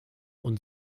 und